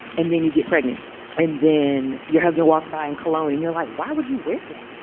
and then you get pregnant and then you're has no walks by in cologne and you're like, why would you wear that?